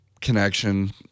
connection